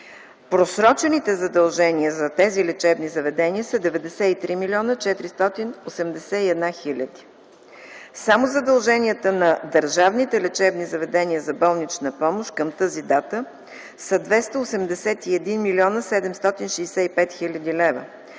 Просрочените задължения за тези лечебни заведения са 93 млн. 481 хил. Само задълженията на държавните лечебни заведения за болнична помощ към тази дата са 281 млн. 765 хил. лв.